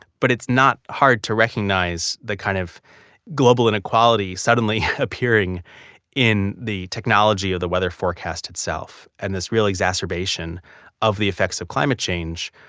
but it's not hard to recognize the kind of global inequality suddenly appearing in the technology of the weather forecast itself. and this real exacerbation of the effects of climate change,